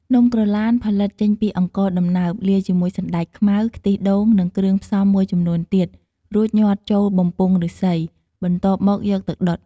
នំក្រឡានផលិតចេញពីអង្ករដំណើប លាយជាមួយសណ្ដែកខ្មៅ ខ្ទិះដូង និងគ្រឿងផ្សំមួយចំនួនទៀត រួចញាត់ចូលបំពង់ឫស្សី បន្ទាប់មកយកទៅដុត។